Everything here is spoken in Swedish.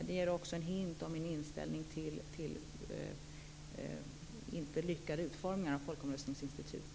Det ger också en hint om min inställning till mindre lyckade utformningar av folkomröstningsinstitut.